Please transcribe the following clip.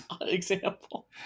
Example